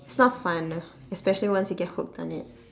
it's not fun especially once you get hooked on it